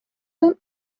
چون